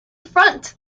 front